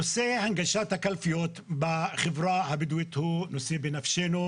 נושא הנגשת הקלפיות בחברה הבדואית הוא בנפשנו.